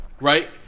right